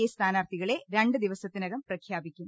A സ്ഥാനാർത്ഥികളെ രണ്ടു ദിവസത്തിനകം പ്രഖ്യാപിക്കും